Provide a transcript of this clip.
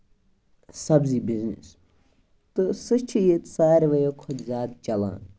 سَبزی بِزنٮ۪س تہٕ سُہ چھُ ییٚتہِ ساروٕیو کھۄتہٕ زیادٕ چلان